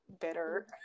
bitter